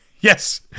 Yes